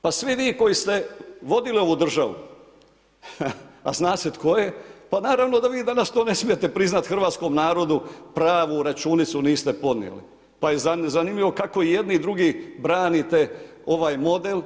Pa svi vi koji ste vodili ovu državu, a zna se tko je, pa naravno da vi danas to ne smijete priznati hrvatskom narodu pravu računicu niste podnijeli, pa je zanimljivo kako jedni i drugi branite ovaj model.